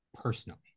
personally